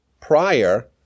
prior